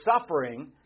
suffering